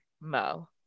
mo